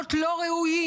למקומות לא ראויים,